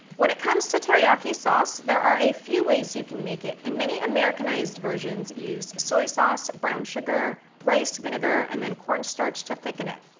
when it comes to teriyaki sauce, there are a few ways you can make it. and many americanized versions use soy sauce, brown sugar, rice vinegar and then corn starch to thicken it.